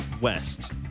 West